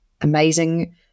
amazing